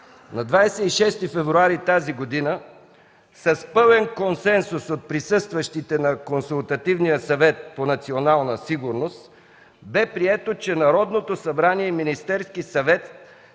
На 26 февруари тази година с пълен консенсус от присъстващите на Консултативния съвет за национална сигурност бе прието Народното събрание и Министерският съвет